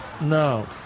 No